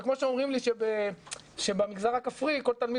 זה כמו שאומרים לי שבמגזר הכפרי כל תלמיד